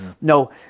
No